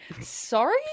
Sorry